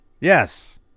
yes